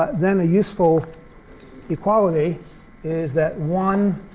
then the useful equality is that one